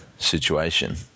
Situation